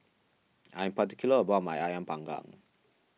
I am particular about my Ayam Panggang